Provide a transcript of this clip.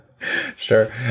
Sure